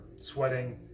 sweating